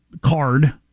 card